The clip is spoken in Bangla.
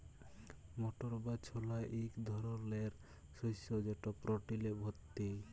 মটর বা ছলা ইক ধরলের শস্য যেট প্রটিলে ভত্তি